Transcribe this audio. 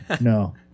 no